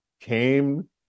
came